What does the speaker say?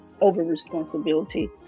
over-responsibility